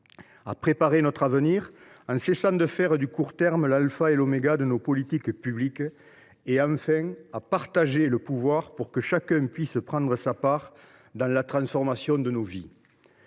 « préparer notre avenir en cessant de faire du court terme l’alpha et l’oméga de nos politiques publiques », et, enfin, à « partager le pouvoir pour que chacun puisse prendre sa part dans la transformation de nos vies